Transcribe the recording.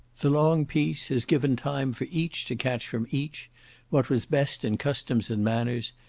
the long peace has given time for each to catch from each what was best in customs and manners,